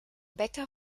bäcker